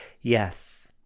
Yes